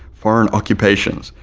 foreign occupations,